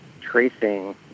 tracing